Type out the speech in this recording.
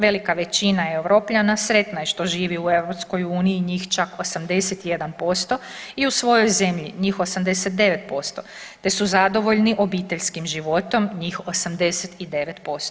Velika većina Europljana sretna je što živi u EU, njih čak 81% i u svojoj zemlji njih 89%, te su zadovoljni obiteljskim životom, njih 89%